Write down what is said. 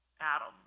Adam